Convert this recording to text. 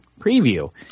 preview